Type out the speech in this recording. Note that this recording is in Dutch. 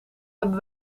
hebben